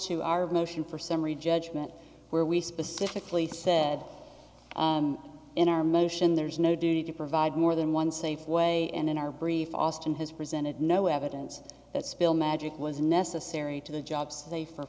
to our motion for summary judgment where we specifically said in our motion there's no duty to provide more than one safe way and in our brief austin has presented no evidence that spill magic was necessary to the jobs they for